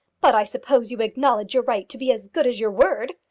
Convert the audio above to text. but i suppose you acknowledge your right to be as good as your word?